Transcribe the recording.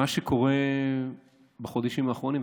מה שקורה בחודשים האחרונים,